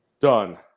Done